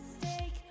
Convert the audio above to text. mistake